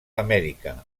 amèrica